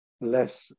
less